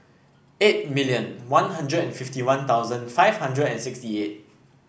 eight million One Hundred and fifty One Thousand five hundred and sixty eight